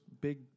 big